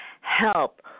help